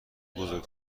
بزرگ